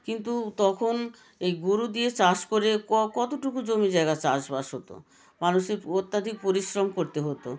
কিন্তু তখন এই গোরু দিয়ে চাষ করে কতোটুকু জমি জায়গা চাষবাস হতো মানসিক অত্যাধিক পরিশ্রম করতে হতো